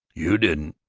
you didn't,